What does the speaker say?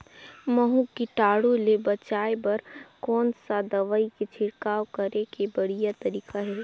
महू कीटाणु ले बचाय बर कोन सा दवाई के छिड़काव करे के बढ़िया तरीका हे?